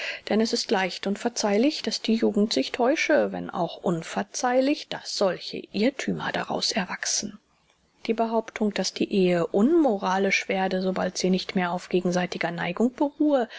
denn es ist leicht und verzeihlich daß die jugend sich täusche wenn auch unverzeihlich daß solche irrthümer daraus erwachsen die behauptung daß die ehe unmoralisch werde sobald sie nicht mehr auf gegenseitiger neigung beruhe